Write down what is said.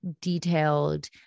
detailed